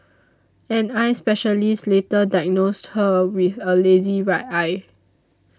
an eye specialist later diagnosed her with a lazy right eye